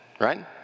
right